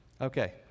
Okay